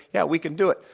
yeah, we can do it.